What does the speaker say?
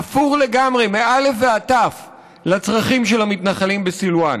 תפור לגמרי מאלף ועד תיו לצרכים של המתנחלים בסילוואן.